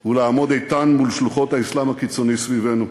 הוא לעמוד איתן מול שלוחות האסלאם הקיצוני סביבנו.